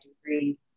degree